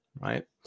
right